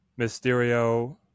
Mysterio